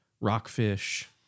rockfish